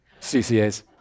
CCAs